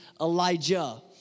Elijah